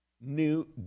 new